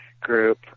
group